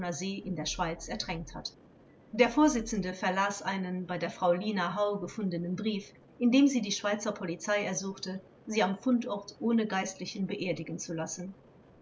in der schweiz ertränkt hat der vorsitzende verlas einen bei der frau lina hau gefundenen brief in dem sie die schweizer polizei ersuchte sie am fundort ohne geistlichen beerdigen zu lassen